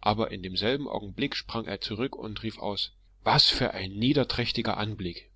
aber in demselben augenblick sprang er zurück und rief aus was für ein niederträchtiger anblick